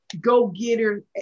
go-getter